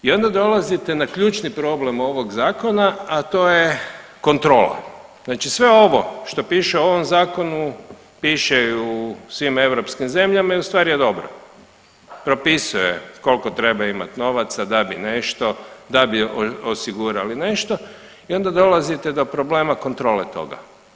I onda dolazite na ključni problem ovog zakona, a to je kontrola, znači sve ovo što piše u ovom zakonu piše i u svim europskim zemljama i u stvari je dobro, propisuje koliko treba imat novaca da bi nešto, da bi osigurali nešto i onda dolazite do problema kontrole toga.